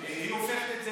היא הופכת את זה